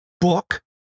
book